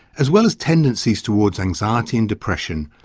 as well as tendencies towards anxiety and depression,